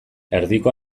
erdiko